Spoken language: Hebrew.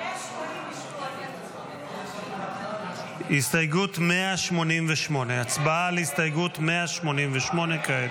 188. הסתייגות 188. הצבעה על הסתייגות 188 כעת.